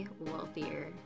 wealthier